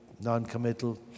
non-committal